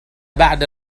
بعد